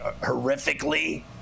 horrifically